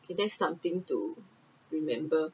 K that's something to remember